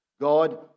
God